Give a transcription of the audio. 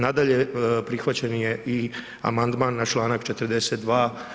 Nadalje, prihvaćen je i amandman na čl. 42.